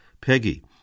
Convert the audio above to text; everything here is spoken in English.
Peggy